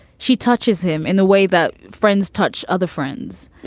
she touches him in the way that friends touch other friends